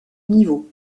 niveau